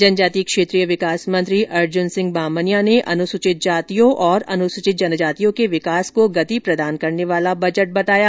जनजाति क्षेत्रीय विकास मंत्री अर्जुन सिंह बामनिया ने अनुसूचित जातियों और अनुसूचित जनजातियों के विकास को गति प्रदान करने वाला बजट बताया